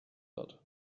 wird